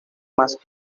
más